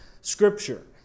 scripture